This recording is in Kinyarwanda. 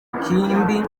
ikindi